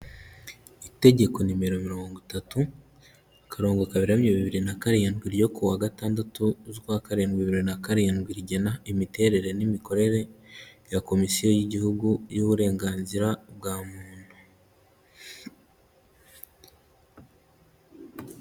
Itegeko nimero mirongo itatu, akarongo kaberamye bibiri na karindwi ryo ku wa gatandatu z'ukwa karindwi bibiri na karindwi rigena imiterere n'imikorere ya komisiyo y'igihugu y'uburenganzira bwa muntu.